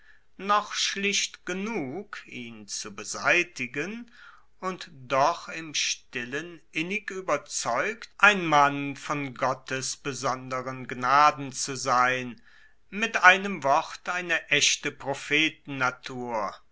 noch schlicht genug ihn zu beseitigen und doch im stillen innig ueberzeugt ein mann vom gottes besonderen gnaden zu sein mit einem wort eine echte